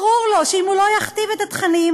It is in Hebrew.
ברור לו שאם הוא לא יכתיב את התכנים,